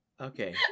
Okay